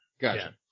Gotcha